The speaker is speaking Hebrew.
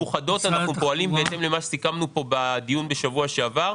בדירות מאוחדות אנחנו פועלים בהתאם למה שסיכמנו פה בדיון בשבוע שעבר.